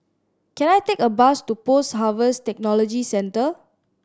can I take a bus to Post Harvest Technology Centre